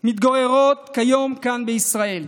מתגוררות כיום כאן, בישראל.